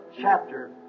chapter